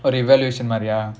evaluation மாறிய:maariyaa